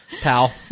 pal